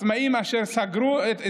עצמאים אשר סגרו את עסקם.